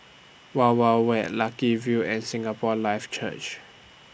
Wild Wild Wet Lucky View and Singapore Life Church